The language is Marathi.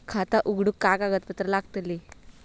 खाता उघडूक काय काय कागदपत्रा लागतली?